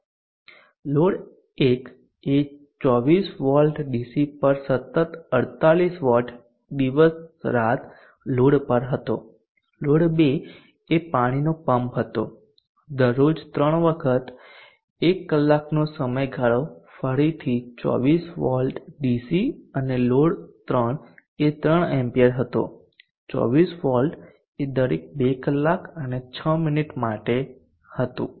load 1 એ 24V DC પર સતત 48W દિવસ રાત લોડ પર હતો લોડ 2 એ પાણીનો પંપ હતો દરરોજ ત્રણ વખત 1 કલાકનો સમયગાળો ફરીથી 24V ડીસી અને લોડ 3 એ 3A હતો 24V એ દરેક 2 કલાક અને 6 મિનિટ માટે હતું